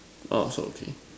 oh so okay